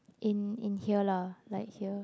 in in here lah like here